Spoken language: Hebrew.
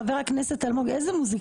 חבר הכנסת אלמוג, איזה מוזיקה?